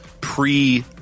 pre